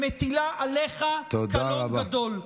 שמטילה עליך קלון גדול.